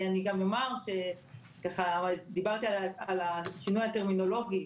דיברתי על השינוי הטרמינולוגי.